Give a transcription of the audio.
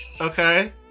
Okay